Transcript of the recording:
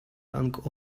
rank